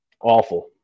awful